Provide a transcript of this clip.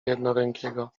jednorękiego